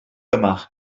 yma